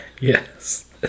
yes